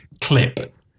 clip